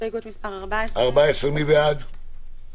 הסתייגות מס' 10. מי בעד ההסתייגות?